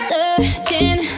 Searching